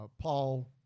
Paul